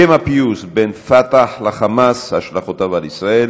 הפיוס בין פתח לחמאס, השלכותיו על ישראל,